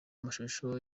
mashusho